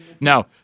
No